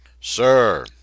Sir